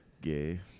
gay